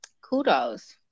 kudos